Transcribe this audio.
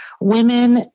women